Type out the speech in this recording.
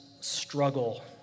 struggle